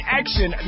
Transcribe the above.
action